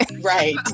Right